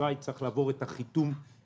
ואשראי צריך לעבור את החיתום הנכון